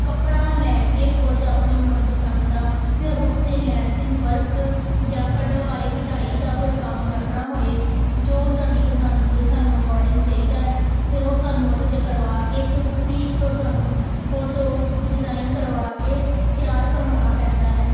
ਕੱਪੜਾ ਲੈ ਕੇ ਖੁਦ ਆਪਣੀ ਮਨਪਸੰਦ ਦਾ ਫਿਰ ਉਸ 'ਤੇ ਲੈਸਿੰਗ ਵਰਕ ਜਾਂ ਕਢਵਾਏ ਕਢਾਈ ਦਾ ਕੋਈ ਕੰਮ ਕਰਨਾ ਹੋਏ ਜੋ ਸਾਡੀ ਪਸੰਦ ਦੇ ਸਾਨੂੰ ਅਕੋਰਡਿੰਗ ਚਾਹੀਦਾ ਫਿਰ ਉਹ ਸਾਨੂੰ ਉਹਦੇ 'ਤੇ ਕਰਵਾ ਕੇ ਫਿਰ ਬੁਟੀਕ ਤੋਂ ਸਾਨੂੰ ਖੁਦ ਡਿਜ਼ਾਇਨ ਕਰਵਾ ਕੇ ਤਿਆਰ ਕਰਵਾਉਣਾ ਪੈਂਦਾ ਹੈ